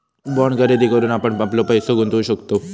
bond खरेदी करून आपण आपलो पैसो गुंतवु शकतव